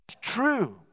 true